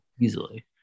easily